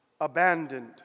abandoned